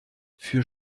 für